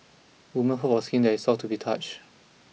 woman hope for skin that is soft to be touch